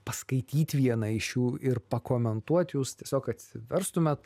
paskaityt vieną iš jų ir pakomentuot jūs tiesiog atsiverstumėt